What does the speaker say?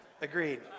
Agreed